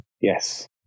Yes